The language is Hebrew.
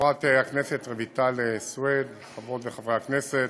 חברת הכנסת רויטל סויד, חברות וחברי הכנסת,